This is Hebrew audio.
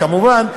וכמובן,